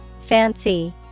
Fancy